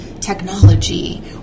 technology